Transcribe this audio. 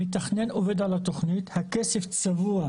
המתכנן עובד על התכנית, הכסף צבוע